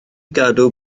gadw